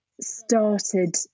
started